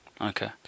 Okay